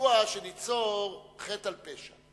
מדוע שניצור חטא על פשע?